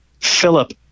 Philip